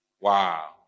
Wow